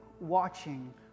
watching